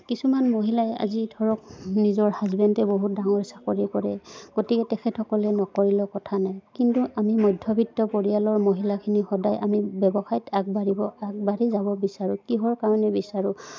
কিছুমান মহিলাই আজি ধৰক নিজৰ হাজবেণ্ডে বহুত ডাঙৰ চাকৰি কৰে গতিকে তেখেতসকলে নকৰিলেও কথা নাই কিন্তু আমি মধ্যবিত্ত পৰিয়ালৰ মহিলাখিনি সদায় আমি ব্যৱসায়ত আগবাঢ়িব আগবাঢ়ি যাব বিচাৰোঁ কিহৰ কাৰণে বিচাৰোঁ